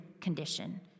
condition